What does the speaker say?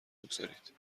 بگذارید